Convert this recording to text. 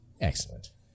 excellent